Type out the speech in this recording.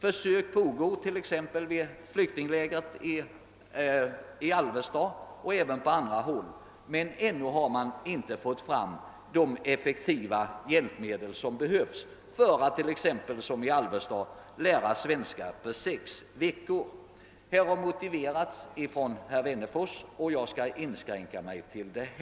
Försök pågår t.ex. vid flyktinglägret i Alvesta och på en del andra håll, men ännu har man inte fått fram de effektiva hjälpmedel som behövs för att — såsom man försöker göra i Alvesta — lära ut svenska på sex veckor. Detta har motiverats från herr Wennerfors, och jag skall därför inskränka mig till detta.